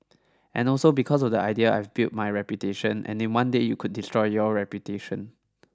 and also because of the idea I've built my reputation and in one day you could destroy your reputation